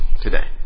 today